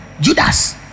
Judas